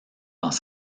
dans